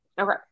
Okay